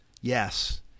Yes